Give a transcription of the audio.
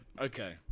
okay